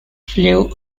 flew